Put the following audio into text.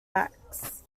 acts